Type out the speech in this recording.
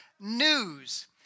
news